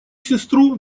сестру